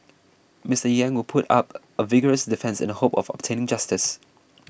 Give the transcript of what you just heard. Mr Yang will put up a vigorous defence in the hope of obtaining justice